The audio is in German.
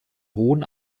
hohen